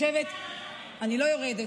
אני לא יורדת,